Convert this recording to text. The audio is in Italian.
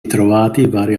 vari